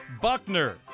Buckner